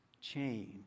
change